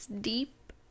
deep